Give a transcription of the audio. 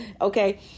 Okay